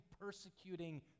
persecuting